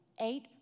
eight